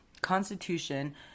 Constitution